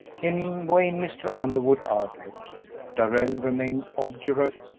in vain mr. underwood argued darrell remained obdurate,